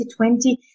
2020